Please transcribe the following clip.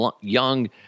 young